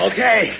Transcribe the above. Okay